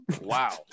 Wow